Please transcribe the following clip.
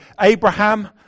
Abraham